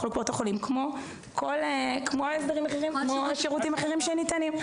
בקופות החולים כמו הסדרים אחרים ושירותים אחרים שניתנים.